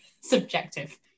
subjective